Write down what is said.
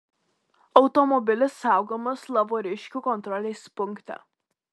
automobilis saugomas lavoriškių kontrolės punkte